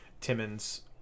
Timmons